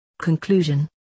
Conclusion